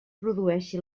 produeixi